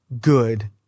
good